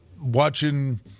watching